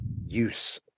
use